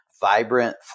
Vibrant